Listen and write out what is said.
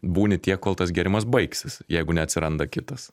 būni tiek kol tas gėrimas baigsis jeigu neatsiranda kitas